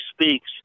speaks